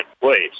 place